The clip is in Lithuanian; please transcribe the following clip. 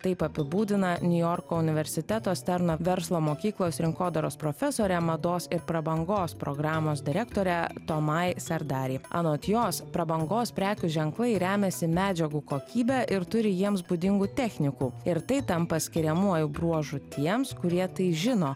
taip apibūdina niujorko universiteto sterno verslo mokyklos rinkodaros profesorė mados ir prabangos programos direktorė tomą serdarė anot jos prabangos prekių ženklai remiasi medžiagų kokybe ir turi jiems būdingų technikų ir tai tampa skiriamuoju bruožu tiems kurie tai žino